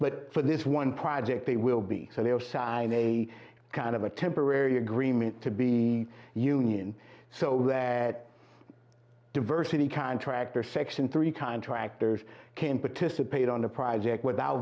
but for this one project they will be on your side in a kind of a temporary agreement to be union so glad diversity contractor section three contractors can participate on the project without